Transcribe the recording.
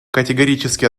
категорически